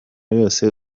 yose